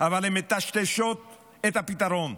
אבל הן מטשטשות את הפתרון: